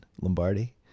Lombardi